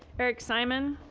eric simon.